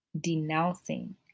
denouncing